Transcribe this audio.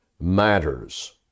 matters